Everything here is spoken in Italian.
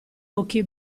occhi